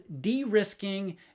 de-risking